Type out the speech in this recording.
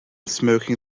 smoking